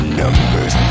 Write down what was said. numbers